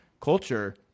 culture